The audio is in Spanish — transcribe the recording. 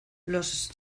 los